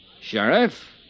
Sheriff